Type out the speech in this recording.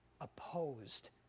opposed